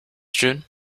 june